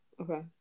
okay